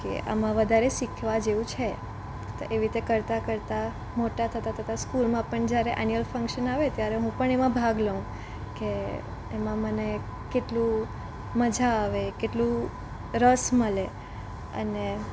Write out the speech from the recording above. કે આમાં વધારે શીખવા જેવું છે તો એવી રીતે કરતાં કરતાં મોટા થતાં થતાં સ્કૂલમાં પણ જ્યારે એન્યુઅલ ફંક્શન આવે ત્યારે હું પણ એમાં ભાગ લઉં કે એમાં મને કેટલું મજા આવે કેટલું રસ મળે અને